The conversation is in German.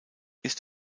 ist